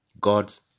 God's